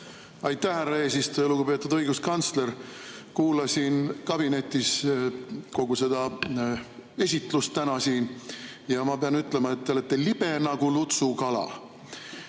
Aitäh, härra eesistuja! Lugupeetud õiguskantsler! Kuulasin kabinetis kogu seda esitlust täna siin ja ma pean ütlema, et te olete libe nagu lutsukala,